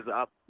up